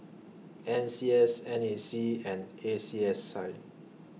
N C S N A C and A C S I